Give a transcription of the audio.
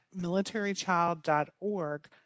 militarychild.org